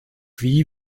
wie